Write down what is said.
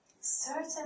certain